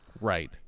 Right